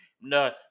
No